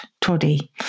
toddy